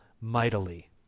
mightily